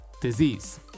disease